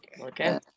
Okay